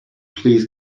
please